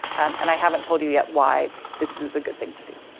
and i haven't told you yet why this is a good thing to do.